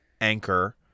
anchor